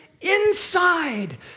inside